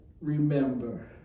remember